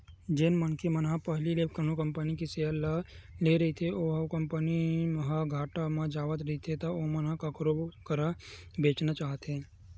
जेन मनखे मन ह पहिली ले कोनो कंपनी के सेयर ल लेए रहिथे अउ ओ कंपनी ह घाटा म जावत रहिथे त ओमन ह कखरो करा बेंचना चाहथे